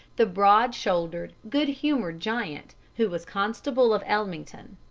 the broad-shouldered, good-humored giant who was constable of ellmington.